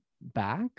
back